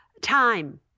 Time